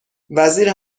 وزیر